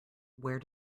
where